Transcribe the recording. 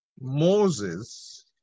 Moses